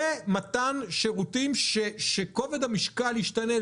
למתן שירותים שכובד המשקל ישתנה,